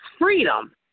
freedom